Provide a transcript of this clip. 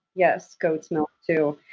yes. goat's milk, too.